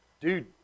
dude